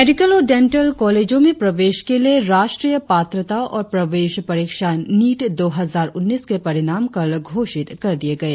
medical और dental कालेजो में प्रवेश के लिए राष्ट्रीय पात्रता और प्रवेश परीक्षा नीट दो हजार उन्नीस के परिणाम कल घोषित कर दिए गए